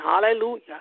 hallelujah